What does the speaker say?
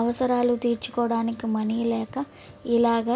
అవసరాల తీర్చుకోవడానికి మనీ లేక ఇలాగ